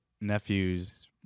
nephew's